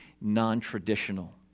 non-traditional